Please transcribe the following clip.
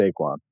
Saquon